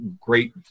great